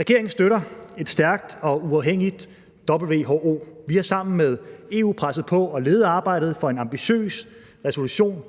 Regeringen støtter et stærkt og uafhængigt WHO. Vi har sammen med EU presset på og ledet arbejdet for en ambitiøs resolution